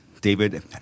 David